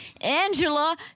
Angela